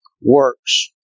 works